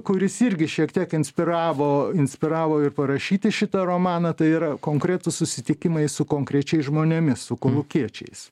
kuris irgi šiek tiek inspiravo inspiravo ir parašyti šitą romaną tai yra konkretūs susitikimai su konkrečiais žmonėmis su kolūkiečiais